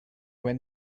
when